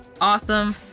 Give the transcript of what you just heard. awesome